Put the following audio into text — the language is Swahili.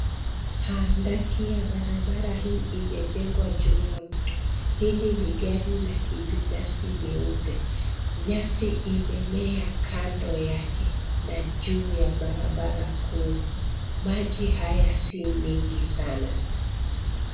Handaki ya barabara hii imejengwa juu ya mto, hili ni gari la kibinafsi nyeupe, nyasi imemea kando yake na juu ya barabara kuu. Maji haya si mengi sana.